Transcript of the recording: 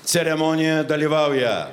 ceremonijoje dalyvauja